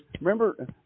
Remember